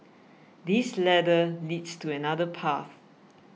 this ladder leads to another path